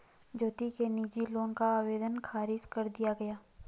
ज्योति के निजी लोन का आवेदन ख़ारिज कर दिया गया